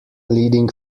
leading